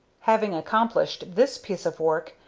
having accomplished this piece of work,